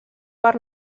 per